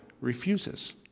refuses